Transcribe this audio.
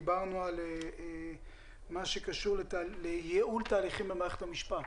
דיברנו על ייעול תהליכים במערכת המשפט.